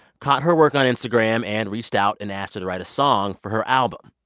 caught her work on instagram and reached out and asked her to write a song for her album.